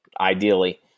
ideally